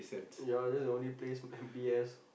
ya that's the only place in B_S